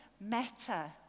matter